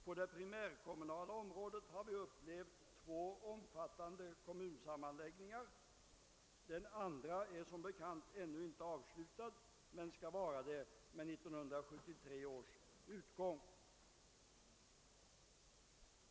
På det primärkommunala området har vi upplevt två omfattande kommunsammanläggningar — den andra är som bekant ännu inte avslutad men skall vara det vid 1973 års utgång.